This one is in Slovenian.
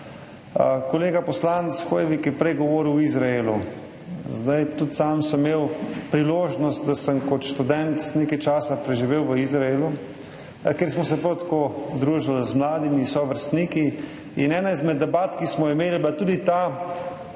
Kolega poslanec Hoivik je prej govoril o Izraelu. Tudi sam sem imel priložnost, da sem kot študent nekaj časa preživel v Izraelu, kjer smo se prav tako družili z mladimi sovrstniki. In ena izmed debat, ki smo jih imeli, je bila